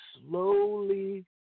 slowly